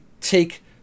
take